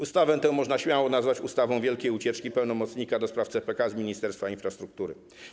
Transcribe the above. Ustawę tę można śmiało nazwać ustawą wielkiej ucieczki pełnomocnika do spraw CPK z Ministerstwa Infrastruktury.